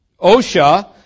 OSHA